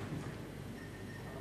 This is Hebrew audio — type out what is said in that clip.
חברי הכנסת,